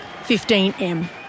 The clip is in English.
15M